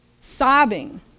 Sobbing